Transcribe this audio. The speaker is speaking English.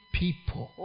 people